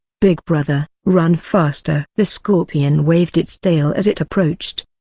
big brother, run faster! the scorpion waved its tail as it approached,